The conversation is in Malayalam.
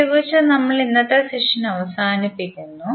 അതിനാൽ ഇതുപയോഗിച്ച് നമ്മൾ ഇന്നത്തെ സെഷൻ അവസാനിപ്പിക്കുന്നു